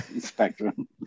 spectrum